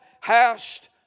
hast